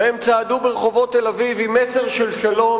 והם צעדו ברחובות תל-אביב עם מסר של שלום,